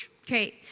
Okay